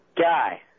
guy